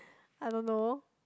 I don't know